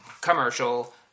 Commercial